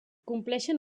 compleixen